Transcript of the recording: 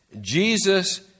Jesus